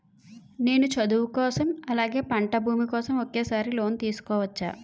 నేను చదువు కోసం అలాగే పంట భూమి కోసం ఒకేసారి లోన్ తీసుకోవచ్చా?